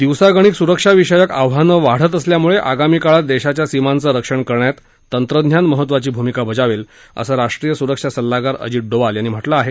दिवसागणिक सुरक्षा विषयक आव्हानं वाढत असल्यामुळे आगामी काळात देशाच्या सीमांचं रक्षण करण्यात तंत्रज्ञान महत्त्वाची भूमिका बजावेल असं राष्ट्रीय सुरक्षा सल्लागार अजित डोवाल यांनी म्हामिं आहे